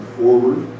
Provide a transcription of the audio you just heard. forward